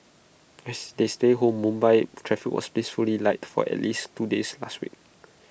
as they stayed home Mumbai's traffic was blissfully light for at least two days last week